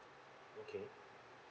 okay